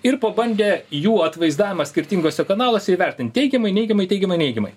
ir pabandė jų atvaizdavimą skirtinguose kanaluose įvertint teigiamai neigiamai teigiamai neigiamai